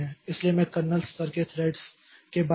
इसलिए मैं कर्नेल स्तर के थ्रेड्स के बारे में भी सोच सकता हूं